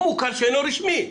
הוא מוכר שאינו רשמי.